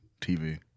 TV